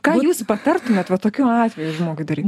ką jūs patartumėt va tokiu atveju žmogui daryt